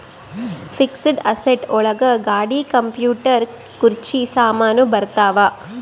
fixed asset ಒಳಗ ಗಾಡಿ computer ಕುರ್ಚಿ ಸಾಮಾನು ಬರತಾವ